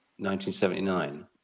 1979